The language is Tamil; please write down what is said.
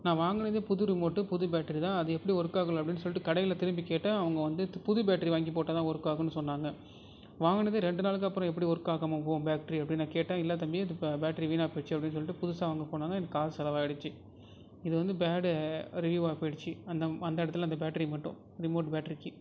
நான் வாங்கினது புது ரிமோட்டு புது பேட்டரிதான் அது எப்படி ஒர்க் ஆகல அப்படின்னு சொல்லிட்டு கடையில திரும்பி கேட்டேன் அவங்க வந்து புது பேட்டரி வாங்கி போட்டாதான் ஒர்க் ஆகும்ன்னு சொன்னாங்க வாங்கினது ரெண்டு நாளுக்கு அப்புறம் எப்படி ஒர்க் ஆகாம போகும் பேட்டரி அப்படின்னு நான் கேட்டேன் இல்லை தம்பி அது பேட்டரி வீணா போச்சு அப்படினு சொல்லிட்டு புதுசாக வாங்க போனாங்க எனக்கு காசு செலவாயிடுச்சு இது வந்து பேடு ரிவியூவ்வாக போயிடுச்சு அந்த அந்த இடத்துல அந்த பேட்டரி மட்டும் ரிமோட் பேட்டரிக்கு